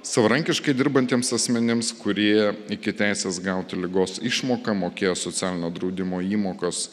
savarankiškai dirbantiems asmenims kurie iki teisės gauti ligos išmoką mokėjo socialinio draudimo įmokas